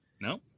no